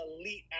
elite